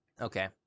Okay